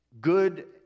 Good